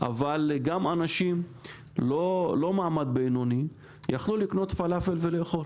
אבל גם אנשים לא מעמד בינוני יכלו לקנות פלאפל ולאכול,